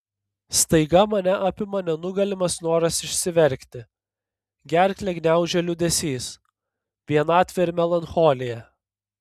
staiga mane apima nenugalimas noras išsiverkti gerklę gniaužia liūdesys vienatvė ir melancholija